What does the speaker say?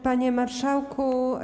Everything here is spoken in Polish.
Panie Marszałku!